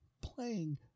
playing